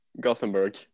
Gothenburg